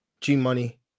G-Money